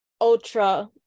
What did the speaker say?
ultra